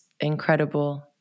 incredible